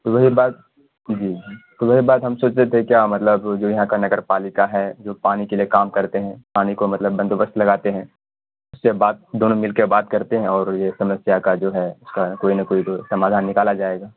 تو وہی بات جی تو وہی بات ہم سوچ رہے تھے کیا مطلب جو یہاں کا نگر پالیکا ہے جو پانی کے لیے کام کرتے ہیں پانی کو مطلب بندوبست لگاتے ہیں اس کے بعد دونوں مل کے بات کرتے ہیں اور یہ سمسیا کا جو ہے اس کا کوئی نہ کوئی تو سمادھان نکالا جائے گا